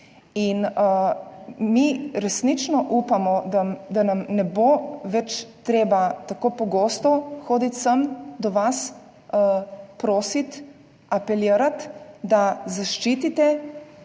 Mi resnično upamo, da nam ne bo več treba tako pogosto hoditi sem do vas, prositi, apelirati, da zaščitite